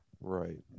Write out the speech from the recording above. Right